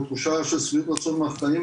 או תחושה של שביעות רצון מהחיים,